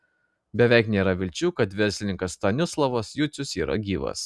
beveik nėra vilčių kad verslininkas stanislovas jucius yra gyvas